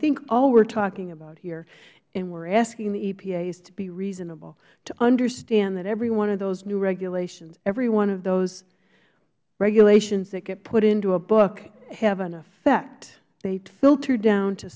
think all we are talking about here and we are asking the epa is to be reasonable to understand that every one of those new regulations every one of those regulations that get put into a book have an effect they filter down to